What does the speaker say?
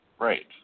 Right